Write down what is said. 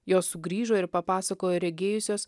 jos sugrįžo ir papasakojo regėjusios